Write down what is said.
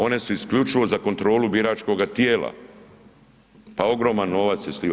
One su isključivo za kontrolu biračkoga tijela pa ogroman novac se sliva.